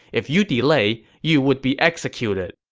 if you delay, you would be executed.